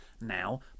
now